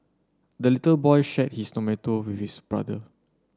the little boy shared his tomato with his brother